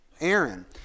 Aaron